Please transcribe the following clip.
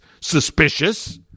suspicious